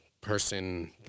person